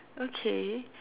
okay